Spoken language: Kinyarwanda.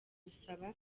gusaba